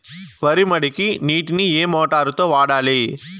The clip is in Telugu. వరి మడికి నీటిని ఏ మోటారు తో వాడాలి?